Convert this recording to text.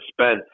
spend